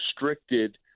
restricted